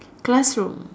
classroom